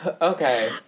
okay